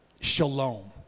shalom